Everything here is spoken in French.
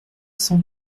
cent